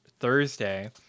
Thursday